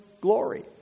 glory